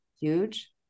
huge